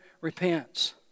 repents